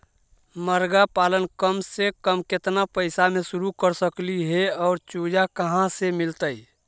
मरगा पालन कम से कम केतना पैसा में शुरू कर सकली हे और चुजा कहा से मिलतै?